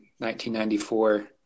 1994